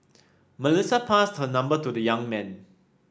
Melissa passed her number to the young man